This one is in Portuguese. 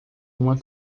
uma